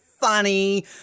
funny